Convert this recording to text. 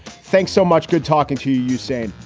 thanks so much. good talking to you soon.